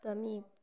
তো আমি